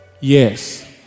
Yes